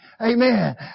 Amen